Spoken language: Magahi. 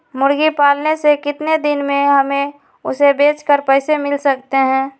मुर्गी पालने से कितने दिन में हमें उसे बेचकर पैसे मिल सकते हैं?